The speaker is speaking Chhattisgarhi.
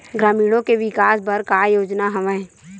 ग्रामीणों के विकास बर का योजना हवय?